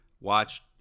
watch